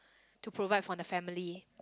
to provide for the family